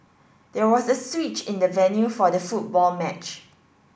there was a switch in the venue for the football match